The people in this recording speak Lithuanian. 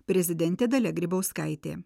prezidentė dalia grybauskaitė